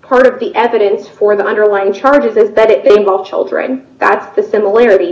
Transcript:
part of the evidence for the underlying charges is that it involves children that's the similarity